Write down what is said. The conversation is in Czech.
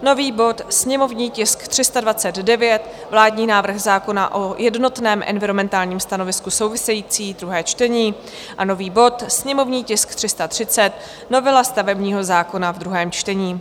nový bod, sněmovní tisk 329, vládní návrh zákona o jednotném environmentálním stanovisku související, druhé čtení, a nový bod, sněmovní tisk 330, novela stavebního zákona, druhé čtení.